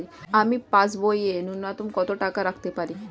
আমি পাসবইয়ে ন্যূনতম কত টাকা রাখতে পারি?